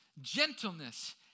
gentleness